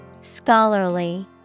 Scholarly